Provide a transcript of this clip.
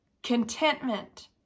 contentment